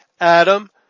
Adam